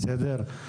בסדר?